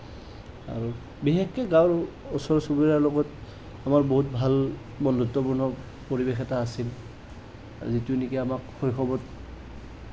আৰু বিশেষকে গাওঁৰ ওচৰ চুবুৰীয়াৰ লগত আমাৰ বহুত ভাল বন্ধুত্বপূৰ্ণ পৰিৱেশ এটা আছিল যিটো নেকি আমাক শৈশৱত